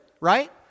right